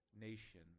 nation